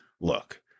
look